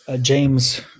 James